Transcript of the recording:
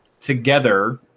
together